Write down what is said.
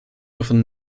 within